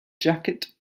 jacket